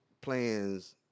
plans